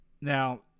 Now